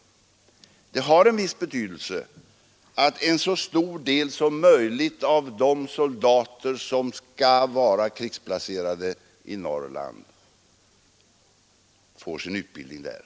Det har en viss betydelse att så stor del som möjligt av de soldater som skall vara krigsplacerade i Norrland får sin utbildning där.